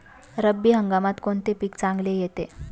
रब्बी हंगामात कोणते पीक चांगले येते?